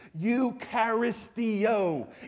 Eucharistio